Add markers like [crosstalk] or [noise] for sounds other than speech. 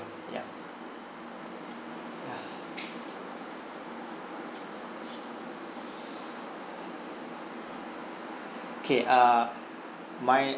ya ya [breath] K uh my